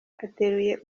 ateruye